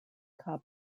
cup